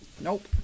Nope